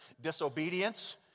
Disobedience